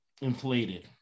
inflated